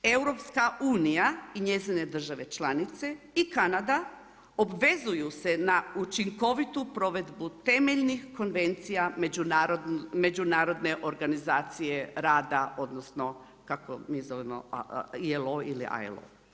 EU i njezine države članice i Kanada obvezuje se na učinkovitu provedbu temeljnih konvencija Međunarodne organizacije rada, odnosno kako mi zovemo ILO.